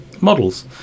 models